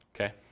okay